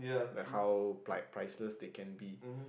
like how ply~ like priceless they can be